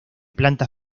plantas